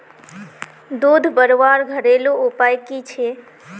दूध बढ़वार घरेलू उपाय की छे?